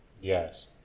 Yes